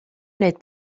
wneud